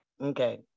Okay